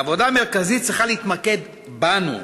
העבודה המרכזית צריכה להתמקד בנו,